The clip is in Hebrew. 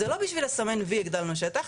זה לא בשביל לסמן וי הגדלנו שטח,